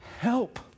help